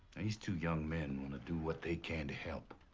and these two young men want to do what they can to help.